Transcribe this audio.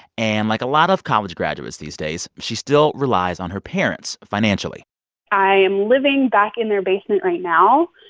and like a lot of college graduates these days, she still relies on her parents financially i am living back in their basement right now.